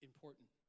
important